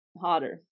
Hotter